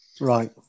Right